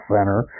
Center